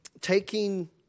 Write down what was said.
taking